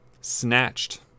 Snatched